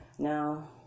Now